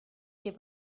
ket